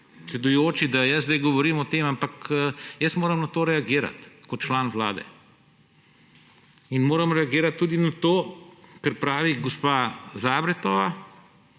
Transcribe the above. predsedujoči, da jaz zdaj govorim o tem, ampak jaz moram na to reagirat kot član Vlade. In moram reagirat tudi na to, ker pravi gospa Zabretova,